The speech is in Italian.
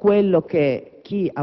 del nostro Paese